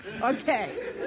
Okay